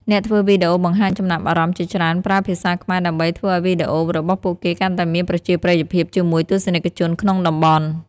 អ្នកធ្វើវីដេអូបង្ហាញចំណាប់អារម្មណ៍ជាច្រើនប្រើភាសាខ្មែរដើម្បីធ្វើឱ្យវីដេអូរបស់ពួកគេកាន់តែមានប្រជាប្រិយភាពជាមួយទស្សនិកជនក្នុងតំបន់។